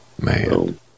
Man